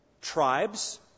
tribes